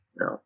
no